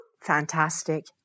Fantastic